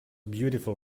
beautiful